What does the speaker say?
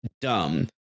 dumb